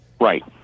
Right